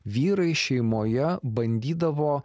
vyrai šeimoje bandydavo